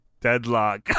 deadlock